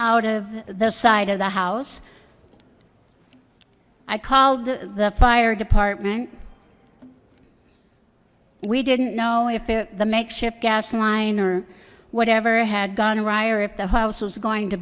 out of the side of the house i called the fire department we didn't know if it the makeshift gas line or whatever had gone awry or if the house was going to